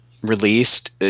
released